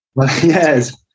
yes